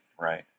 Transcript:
right